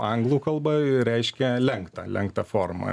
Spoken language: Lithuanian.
anglų kalba ji reiškia lenktą lenktą formą